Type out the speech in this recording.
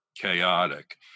chaotic